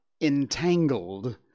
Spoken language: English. entangled